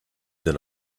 than